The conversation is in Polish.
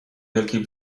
wielkiej